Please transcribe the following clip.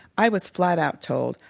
i was flat out told,